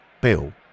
Bill